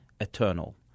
eternal